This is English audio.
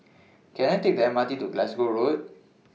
Can I Take The M R T to Glasgow Road